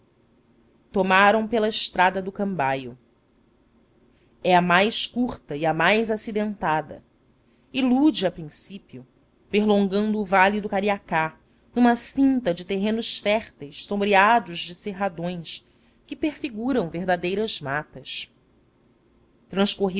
tomaram pela estrada do cambaio é a mais curta e a mais acidentada ilude a princípio perlongando o vale do cariacá numa cinta de terrenos férteis sombreados de cerradões que prefiguram verdadeiras matas